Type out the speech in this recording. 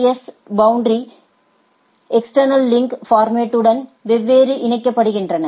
S boundary external link பார்மட்உடன் எவ்வாறு இணைக்கப்படுகின்றன